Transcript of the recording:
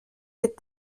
des